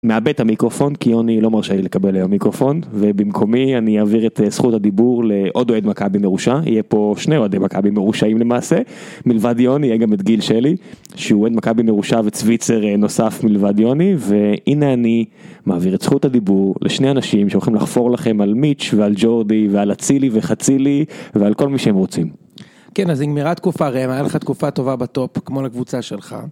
מאבד את המיקרופון כי יוני לא מרשה לי לקבל היום מיקרופון, ובמקומי אני אעביר את זכות הדיבור לעוד אוהד מכבי מרושע. יהיה פה שני אוהדי מכבי מרושעים למעשה. מלבד יוני יהיה גם את גיל שלי, שהוא אוהד מכבי מרושע וצוויצר נוסף מלבד יוני, והנה אני מעביר את זכות הדיבור לשני אנשים שהולכים לחפור לכם על מיץ' ועל ג'ורדי ועל אצילי וחצילי ועל כל מי שהם רוצים. כן, אז נגמרה תקופה, ראם. היה לך תקופה טובה בטופ, כמו לקבוצה שלך.